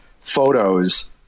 photos